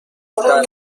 سال